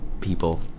people